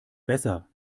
besser